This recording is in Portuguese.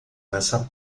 nessa